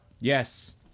Yes